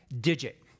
digit